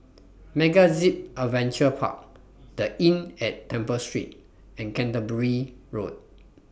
MegaZip Adventure Park The Inn At Temple Street and Canterbury Road